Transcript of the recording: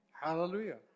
Hallelujah